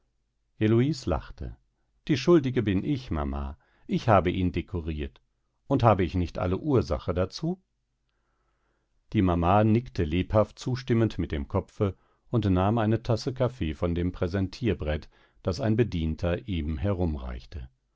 heloise lachte die schuldige bin ich mama ich habe ihn dekoriert und habe ich nicht alle ursache dazu die mama nickte lebhaft zustimmend mit dem kopfe und nahm eine tasse kaffee von dem präsentierbrett das ein bedienter eben